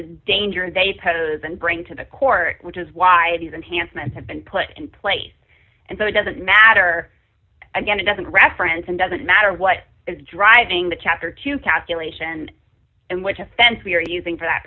the danger they pose and bring to the court which is why these enhancements have been put in place and so it doesn't matter again it doesn't reference and doesn't matter what is driving the chapter to calculation and which offense we're using for that